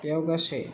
बेयाव गासै